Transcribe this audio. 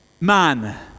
man